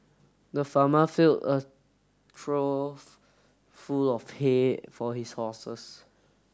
the farmer filled a trough full of hay for his horses